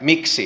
miksi